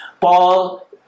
Paul